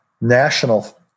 national